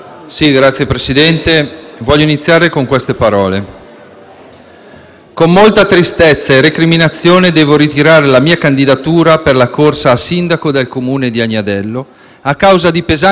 «Con molta tristezza e recriminazione devo ritirare la mia candidatura per la corsa a sindaco del Comune di Agnadello a causa di pesanti minacce ripetute nelle ultime settimane a me e alla mia famiglia».